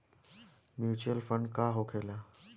Mutual fund का होखेला?